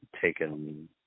taken